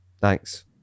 Thanks